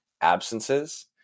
absences